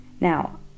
Now